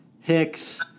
Hicks